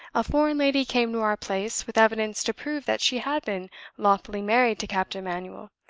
a foreign lady came to our place, with evidence to prove that she had been lawfully married to captain manuel,